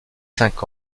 cinq